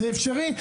זה אפשרי.